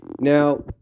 Now